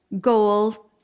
goal